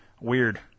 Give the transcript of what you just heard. weird